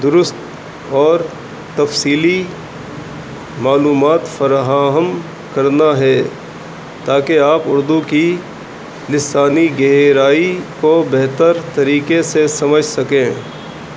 درست اور تفصیلی معلومات فراہم کرنا ہے تاکہ آپ اردو کی لسانی گہرائی کو بہتر طریقے سے سمجھ سکیں